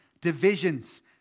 divisions